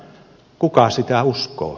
kuka sitä uskoo